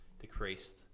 decreased